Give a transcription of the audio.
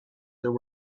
there